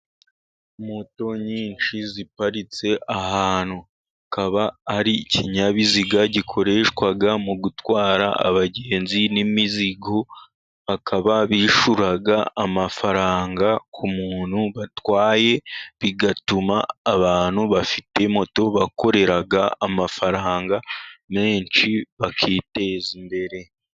Moto nyinshi ziparitse ahantu akaba ari ikinyabiziga gikoreshwa mu gutwara abagenzi n'imizigo, bakaba bishyura amafaranga ku muntu batwaye bigatuma abantu bafite moto bakorera amafaranga menshi bakiteza imbere.